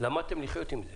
שלמדתם לחיות עם זה